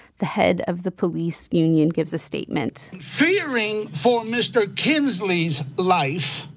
the head of the police union gives a statement fearing for mr. kinsley's life.